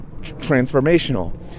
transformational